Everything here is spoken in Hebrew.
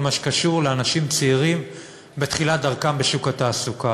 מה שקשור לאנשים צעירים בתחילת דרכם בשוק התעסוקה.